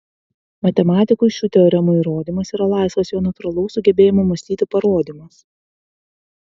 matematikui šių teoremų įrodymas yra laisvas jo natūralaus sugebėjimo mąstyti parodymas